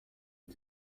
iyi